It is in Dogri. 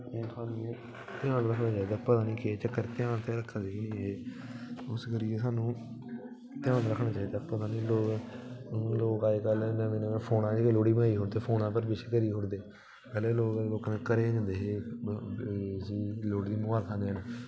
पता निं केह् चक्कर ध्यान ते रक्खा दे निं एह् उस करियै स्हानू ध्यान रक्खना चाहिदा पता निं लग्गना चाहिदा लोक अज्जकल फोन पर लोह्ड़ी मनाई लैंदे फोन पर विश करी ओड़दे पैह्लें लोग घरें जंदे हे लोह्ड़ी दी मबारखां देन